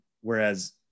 Whereas